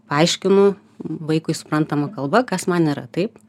paaiškinu vaikui suprantama kalba kas man yra taip